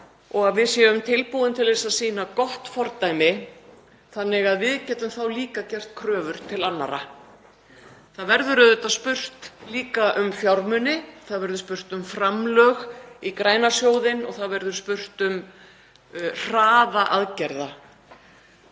og að við séum tilbúin til að sýna gott fordæmi þannig að við getum þá líka gert kröfur til annarra. Það verður auðvitað spurt líka um fjármuni. Það verður spurt um framlög í græna sjóðinn og það verður spurt um hraða aðgerða.